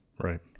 Right